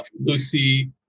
Lucy